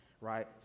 right